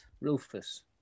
Rufus